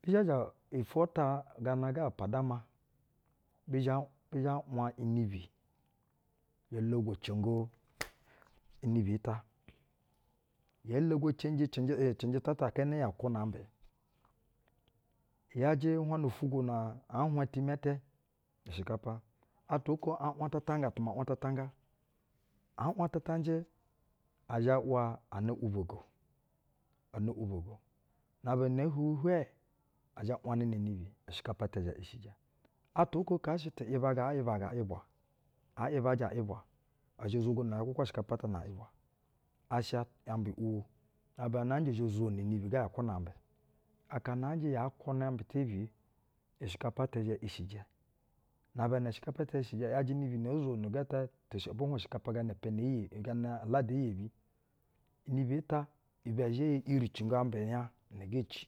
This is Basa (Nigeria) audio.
Bi zhɛ zha no-ofwo ata gana upadama, bi zha, bi zha nwa inibi yo logo congo inini ta, yee logo cenji cɛnjɛ, ɛn cɛnjɛ ta ata keeni ya kwuna ambɛ- i’yajɛ uhwaƞna-ufwugwo na aa nhwa itimɛ ɛtɛ, u shɛ kapa. Atwa oko a nwatatanga tu ma nwatata nga, aa nwatatanjɛ, ɛ zhɛ ‘wo an ‘ubogo ano ‘ubogo. Na abana ee hwuwi hwɛɛ, ɛ zhɛ nwaƞnana inibi. ushɛ kapa ata zhɛ ishijɛ. Atwa oko ka shɛ ti’yɛbaga aa ‘yɛbaga a’yɛbwa. Aa ‘yɛbajɛ a’yɛbwa, ɛ zhɛ zogono ya kwakwa ushɛkapa ata na a’yɛbwa. Asha ambɛ ‘uwo. Na aba na aa njɛ ɛ zhɛ zono inibi ga ya kwuna ambɛ, aka aa njɛ ya kwunɛ ambɛ tebiyɛ, ushɛkapa ata zhɛ ishijɛ. Na aba na ushɛkapa ata ishijɛ, i’yajɛ inibi no ro zono gɛtɛ tu, abu nhwɛ ushɛkapa gana ipiɛnɛ iyeh, gana aladɛ eyebi. Unibi ata ibɛ zhɛ yo ‘yiricingo ambɛ nya na ge ci.